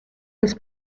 des